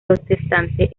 protestante